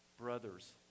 brothers